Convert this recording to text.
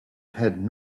had